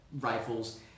rifles